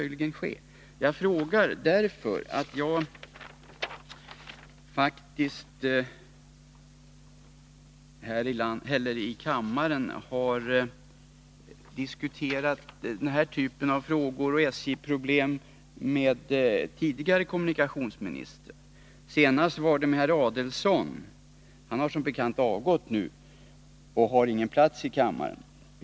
Jag frågar därför att jag faktiskt här i kammaren har diskuterat denna typ av frågor och SJ:s problem med tidigare kommunikationsministrar. Senast var det med herr Adelsohn. Han har som bekant avgått och har nu ingen plats i kammaren.